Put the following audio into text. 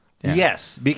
Yes